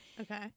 Okay